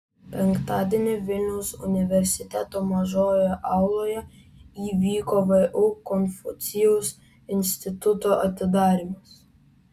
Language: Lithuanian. penktadienį vilniaus universiteto mažojoje auloje įvyko vu konfucijaus instituto atidarymas